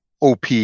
OP